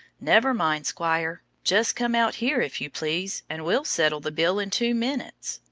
never mind, squire! just come out here, if you please, and we'll settle the bill in two minutes.